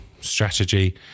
strategy